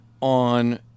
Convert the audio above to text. on